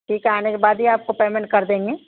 ٹھیک ہے آنے کے بعد ہی آپ کو پیمنٹ کر دیں گے